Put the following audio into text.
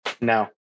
No